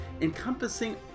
encompassing